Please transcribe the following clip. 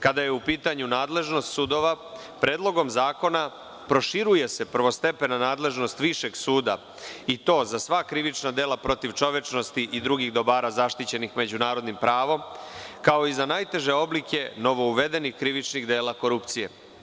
Kada je u pitanju nadležnost sudova, Predlogom zakona proširuje se prvostepena nadležnost višeg suda i to za sva krivična dela protiv čovečnosti i drugih dobara zaštićenih međunarodnim pravom, kao i za najteže oblike novouvedenih krivičnih dela korupcije.